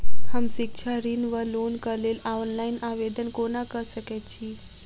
हम शिक्षा ऋण वा लोनक लेल ऑनलाइन आवेदन कोना कऽ सकैत छी?